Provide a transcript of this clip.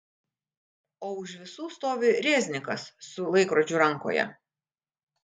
o už visų stovi reznikas su laikrodžiu rankoje